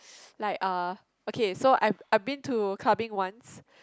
like uh okay so I I been to clubbing once